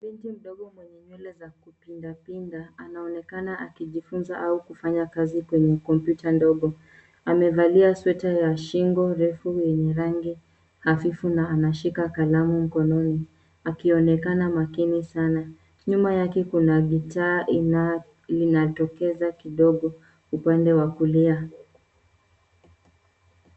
Binti mdogo mwenye nywele za kupinda pinda anaonekana akijifunza au kufanya kazi kwenye kompyuta ndogo. Amevalia sweta ya shingo refu yenye rangi hafifu na anashika kalamu mkononi, akionekana makini sana. Nyuma yake kuna gita linatokeza kidogo upande wa kulia.